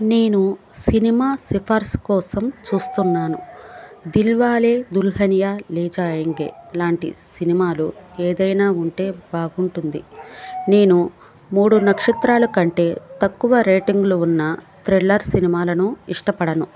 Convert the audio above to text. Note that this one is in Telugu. నేను సినిమా సిఫార్సు కోసం చూస్తున్నాను దిల్వాలే దుల్హనియా లే జాయేంగే లాంటి సినిమాలు ఏదైనా ఉంటే బాగుంటుంది నేను మూడు నక్షత్రాల కంటే తక్కువ రేటింగ్లు ఉన్న థ్రిల్లర్ సినిమాలను ఇష్టపడను